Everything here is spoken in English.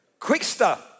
Quickster